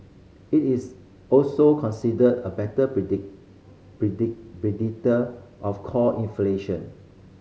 it is also considered a better predict predict predictor of core inflation